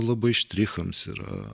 labai štrichams yra